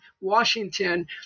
Washington